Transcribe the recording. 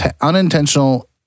unintentional